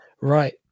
right